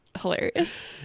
hilarious